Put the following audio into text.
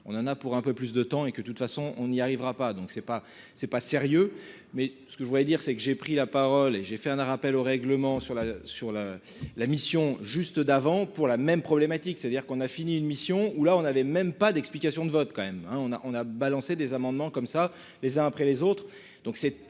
on en a pour un peu plus de temps et que de toute façon, on n'y arrivera pas, donc c'est pas, c'est pas sérieux, mais ce que je voulais dire c'est que j'ai pris la parole et j'ai fait un rappel au règlement sur la sur la la mission juste d'avant pour la même problématique, c'est-à-dire qu'on a fini une mission où là, on avait même pas d'explication de vote quand même, hein, on a, on a balancé des amendements comme ça les uns après les autres,